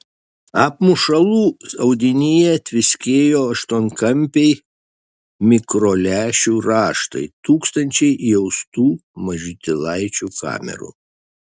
apmušalų audinyje tviskėjo aštuonkampiai mikrolęšių raštai tūkstančiai įaustų mažytėlaičių kamerų